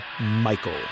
Michael